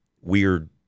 weird